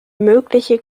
mögliche